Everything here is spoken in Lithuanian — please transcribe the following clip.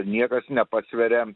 niekas nepasveria